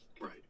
Right